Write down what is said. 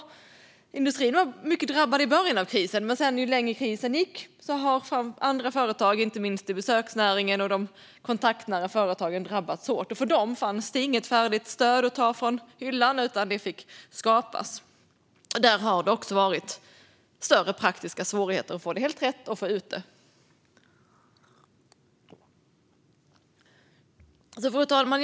Industrin var mycket drabbad i början av krisen. Men ju längre krisen gick har andra företag, inte minst inom besöksnäringen och de kontaktnära företagen, drabbats hårt. För dem fanns det inget färdigt stöd att ta från hyllan, utan det fick skapas. Där har det också varit större praktiska svårigheter att få det helt rätt och att få ut det. Fru talman!